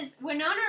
Winona